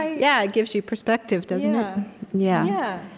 yeah, it gives you perspective, doesn't um yeah